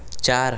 चार